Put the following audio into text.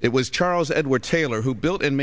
it was charles edward taylor who built and